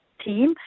team